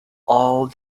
all